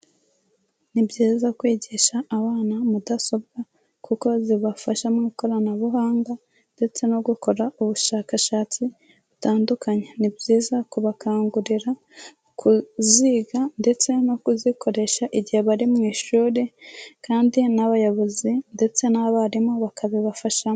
Ni byiza kwigisha abana mudasobwa kuko zibafasha mu ikoranabuhanga ndetse no gukora ubushakashatsi butandukanye. Ni byiza kubakangurira kuziga ndetse no kuzikoresha igihe bari mu ishuri kandi n'abayobozi ndetse n'abarimu bakabibafashamo.